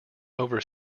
over